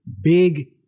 big